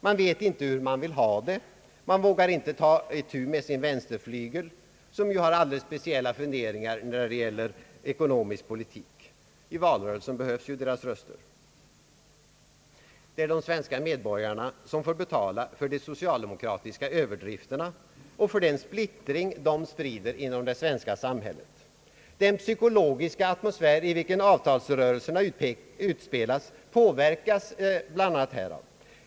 Man vet inte hur man vill ha det. Man vågar inte ta itu med sin vänsterflygel, som har alldeles speciella fun deringar när det gäller ekonomisk politik. I valrörelsen behövs ju också de rösterna. Det är de svenska medborgarna som får betala för socialdemokraternas överdrifter och för den splittring de sprider inom det svenska samhället. Den psykologiska atmosfär, i vilken avtalsrörelserna utspelas, blir bl.a. påverkad härav.